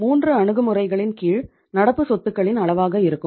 இது 3 அணுகுமுறைகளின் கீழ் நடப்பு சொத்துக்களின் அளவாக இருக்கும்